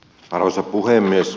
arvoisa puhemies